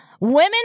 Women